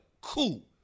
Cool